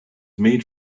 made